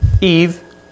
Eve